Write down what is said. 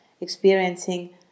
experiencing